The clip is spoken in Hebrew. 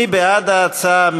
מי בעד ההצעה?